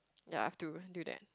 ya I have to do that